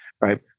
Right